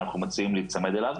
ואנחנו מציעים להיצמד אליו.